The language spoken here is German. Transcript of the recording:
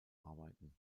arbeiten